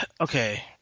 okay